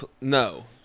No